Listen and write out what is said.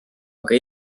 aga